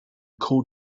cold